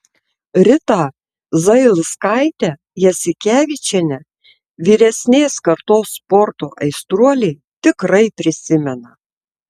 ritą zailskaitę jasikevičienę vyresnės kartos sporto aistruoliai tikrai prisimena